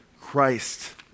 Christ